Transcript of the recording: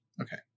Okay